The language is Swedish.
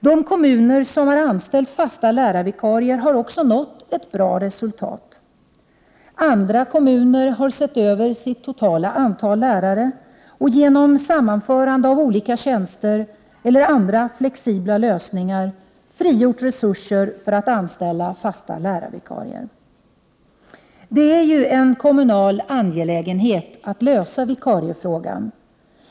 De kommuner som har anställt fasta lärarvikarier har också nått ett bra resultat. Andra kommuner har sett över det totala antalet lärare i kommunen och genom sammanförande av olika tjänster eller genom andra flexibla lösningar har de frigjort resurser för att kunna anställa fasta lärarvikarier. Det är ju en kommunal angelägenhet att lösa vikariefrågan.